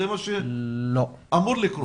זה מה שאמור לקרות?